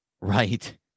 Right